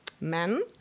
men